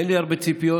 ואין לי הרבה ציפיות,